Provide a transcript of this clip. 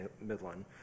midland